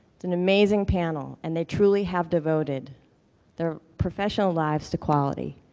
it's an amazing panel and they truly have devoted their professional lives to quality.